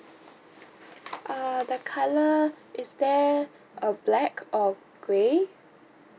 uh the colour is there a black or grey